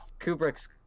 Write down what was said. Kubrick's –